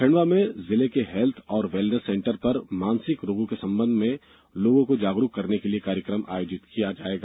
खंडवा में जिले के हेल्थ और वेलनेस सेंटर पर मानसिक रोगों के संबंध में लोगों को जागरूक करने के लिए कार्यक्रम आयोजित किया जायेगा